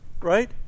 right